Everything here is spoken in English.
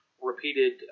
repeated